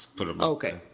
Okay